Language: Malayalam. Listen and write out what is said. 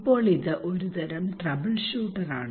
ഇപ്പോൾ ഇത് ഒരുതരം ട്രബിൾഷൂട്ടറാണ്